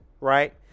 right